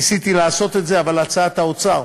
ניסיתי לעשות את זה, אבל הצעת האוצר,